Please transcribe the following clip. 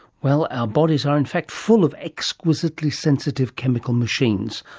well, our bodies are in fact full of exquisitely sensitive chemical machines,